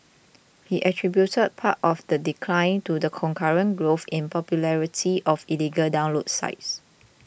he attributed part of the decline to the concurrent growth in popularity of illegal download sites